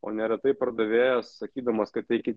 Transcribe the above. o neretai pardavėjas sakydamas kad eikit